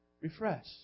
Refresh